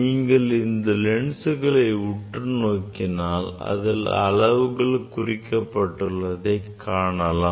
நீங்கள் இந்த லென்ஸ்களை உற்று நோக்கினால் இதில் அளவுகள் குறிக்கப்பட்டுள்ளது காணலாம்